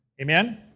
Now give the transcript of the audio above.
Amen